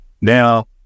Now